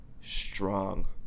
strong